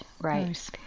Right